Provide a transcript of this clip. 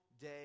day